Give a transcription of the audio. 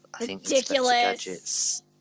Ridiculous